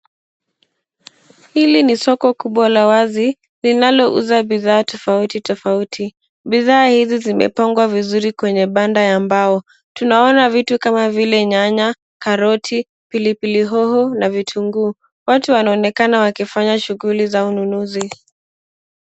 Hili ni soko kubwa la wazi, linalouza vitu tofauti, tofauti. Bidhaa hizi zimepangwa vizuri kwenye banda ya mbao. Tunaona vitu kama vile nyanya, karoti, pilipili hoho na vitunguu. Watu wanaonekana wakifanya shughuil za ununuzi.